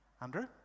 Andrew